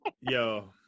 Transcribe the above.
Yo